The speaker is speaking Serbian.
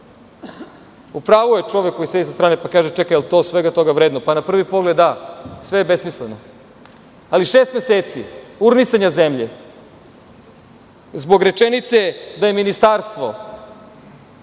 pravu je čovek koji sedi sa strane, pa kaže – čekaj, da li je to svega toga vredno? Na prvi pogled da, sve je besmisleno, ali šest meseci urnisanja zemlje zbog rečenice da je ministarstvo